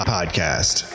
Podcast